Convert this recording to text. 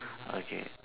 okay